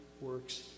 works